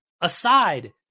aside